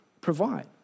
provide